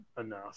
enough